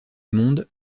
monde